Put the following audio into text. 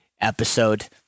episode